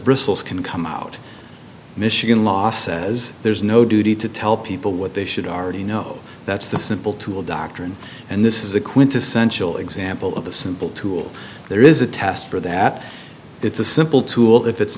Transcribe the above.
bristles can come out michigan law says there's no duty to tell people what they should already know that's the simple tool doctrine and this is the quintessential example of the simple tool there is a test for that it's a simple tool if it's